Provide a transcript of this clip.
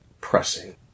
pressing